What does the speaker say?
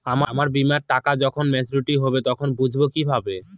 আমার বীমার টাকা যখন মেচিওড হবে তখন বুঝবো কিভাবে?